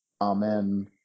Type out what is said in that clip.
Amen